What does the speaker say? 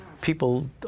People